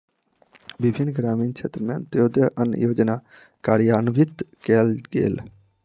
विभिन्न ग्रामीण क्षेत्र में अन्त्योदय अन्न योजना कार्यान्वित कयल गेल